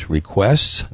requests